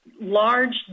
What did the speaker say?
large